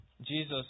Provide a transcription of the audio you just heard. Jesus